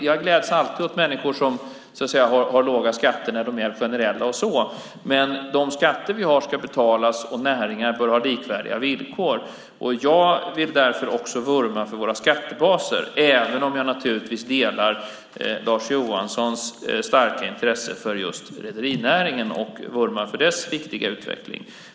Jag gläds alltid åt människor som har låga skatter, men de skatter vi har ska betalas och näringar bör ha likvärdiga villkor. Jag vill därför också vurma för våra skattebaser, även om jag naturligtvis delar Lars Johanssons starka intresse för just rederinäringen och vurmar för dess viktiga utveckling.